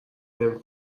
نمی